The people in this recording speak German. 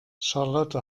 charlotte